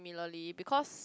milarly~ because